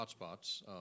hotspots